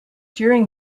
during